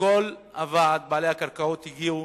כל ועד בעלי הקרקעות הגיע,